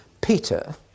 Peter